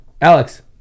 Alex